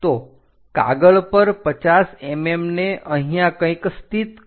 તો કાગળ પર 50 mm ને અહીંયા કંઈક સ્થિત કરો